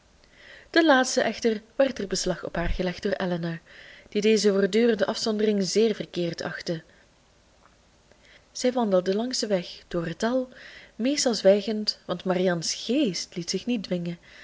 ten laatste echter werd er beslag op haar gelegd door elinor die deze voortdurende afzondering zeer verkeerd achtte zij wandelden langs den weg door het dal meestal zwijgend want marianne's geest liet zich niet dwingen